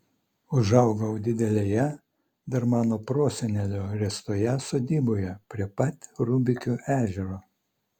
užaugau didelėje dar mano prosenelio ręstoje sodyboje prie pat rubikių ežero